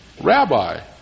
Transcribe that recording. Rabbi